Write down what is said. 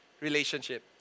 relationship